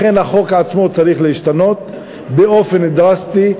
לכן החוק עצמו צריך להשתנות באופן דרסטי,